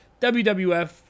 wwf